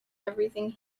everything